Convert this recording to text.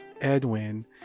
Edwin